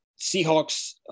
Seahawks